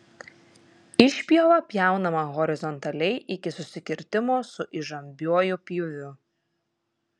išpjova pjaunama horizontaliai iki susikirtimo su įžambiuoju pjūviu